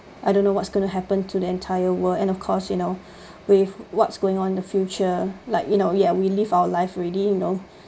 I don't know what's gonna happen to the entire world and of course you know with what's going on in the future like you know ya we live our life already you know